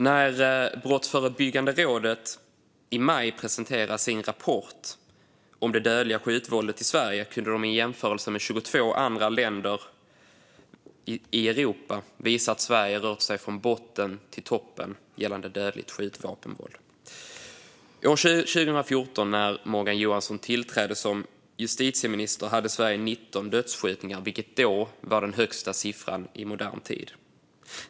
När Brottsförebyggande rådet i maj presenterade sin rapport om det dödliga skjutvåldet i Sverige kunde de i jämförelse med 22 andra länder i Europa visa att Sverige har rört sig från botten till toppen gällande dödligt skjutvapenvåld. År 2014, när Morgan Johansson tillträdde som justitieminister, hade Sverige 19 dödsskjutningar, vilket då var den högsta siffran i modern tid.